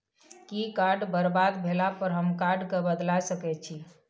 कि कार्ड बरबाद भेला पर हम कार्ड केँ बदलाए सकै छी?